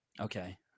Okay